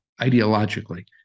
ideologically